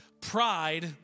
pride